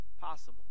possible